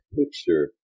picture